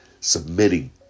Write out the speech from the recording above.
submitting